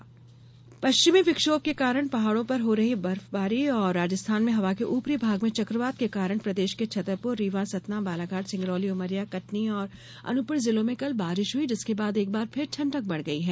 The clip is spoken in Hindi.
मौसम पश्चिमी विक्षोभ के कारण पहाड़ों पर हो रही बर्फबारी और राजस्थान में हवा के ऊपरी भाग में चक्रवात के कारण प्रदेश के छतरपुर रीवा सतना बालाघाट सिंगरौली उमरिया कटनी और अनूपपुर जिलों में कल बारिश हुई जिसके बाद एक बार फिर ठंडक बढ़ गई है